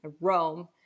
Rome